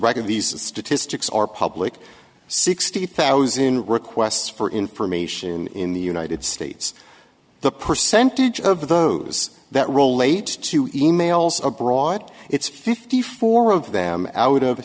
of these statistics are public sixty thousand requests for information in the united states the percentage of those that roll late to emails abroad it's fifty four of them out of